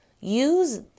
use